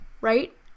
right